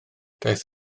daeth